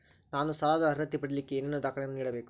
ನಾನು ಸಾಲದ ಅರ್ಹತೆ ಪಡಿಲಿಕ್ಕೆ ಏನೇನು ದಾಖಲೆಗಳನ್ನ ನೇಡಬೇಕು?